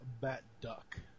Bat-Duck